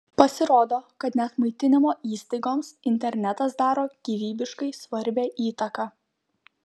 pasirodo kad net maitinimo įstaigoms internetas daro gyvybiškai svarbią įtaką